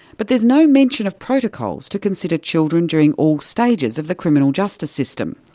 but there's no mention of protocols to consider children during all stages of the criminal justice system,